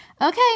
Okay